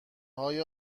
های